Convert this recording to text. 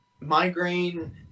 Migraine